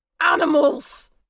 animals